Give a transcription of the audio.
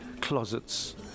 closets